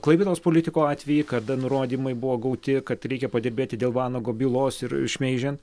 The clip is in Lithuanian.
klaipėdos politiko atvejį kada nurodymai buvo gauti kad reikia padirbėti dėl vanago bylos ir šmeižiant